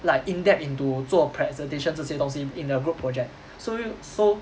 like in depth into 做 presentation 这些东西 in a group project so so